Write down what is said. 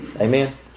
Amen